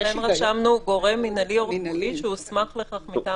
לכן רשמנו גורם מנהלי או רפואי שהוסמך לכך מטעם המדינה.